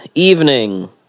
evening